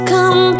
Come